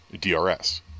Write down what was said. DRS